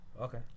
Okay